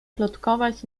plotkować